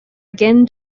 again